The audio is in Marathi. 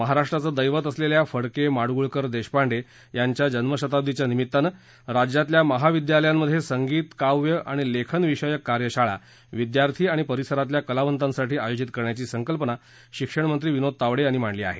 महाराष्ट्राचे दैवत असलेल्या फडके माडगुळकर देशपांडे यांच्या जन्मशताब्दीच्या निमित्तानं राज्यातील महाविद्यालयामधे संगित काव्य आणि लेखन विषयक कार्यशाळा विद्यार्थ्यी आणि परिसरातील कलावंतासाठी आयोजित करण्याची संकल्पना शिक्षणमंत्री विनोद तावडे यांनी मांडली आहे